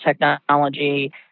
technology